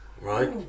Right